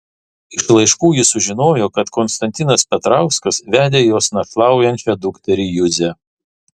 iš laiškų ji sužinojo kad konstantinas petrauskas vedė jos našlaujančią dukterį juzę